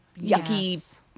yucky